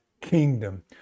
kingdom